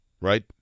right